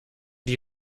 die